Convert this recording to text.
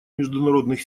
международных